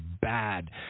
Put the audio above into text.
bad